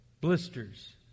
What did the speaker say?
blisters